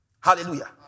Hallelujah